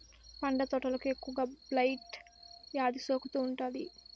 పండ్ల తోటలకు ఎక్కువగా బ్లైట్ వ్యాధి సోకుతూ ఉంటాది